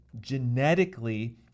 genetically